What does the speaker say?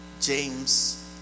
James